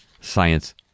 Science